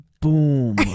Boom